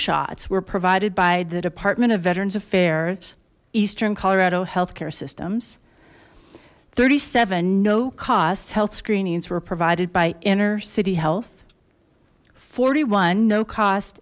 shots were provided by the department of veterans affairs eastern colorado healthcare systems thirty seven no costs health screenings were provided by inner city health forty one no cost